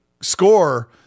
score